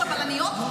נכון.